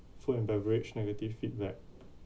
food and beverage negative feedback